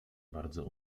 bardzo